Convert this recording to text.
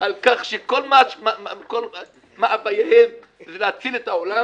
על כך שכל מאווייהם הם להציל את העולם